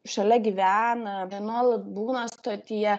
šalia gyvena nuolat būna stotyje